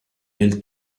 del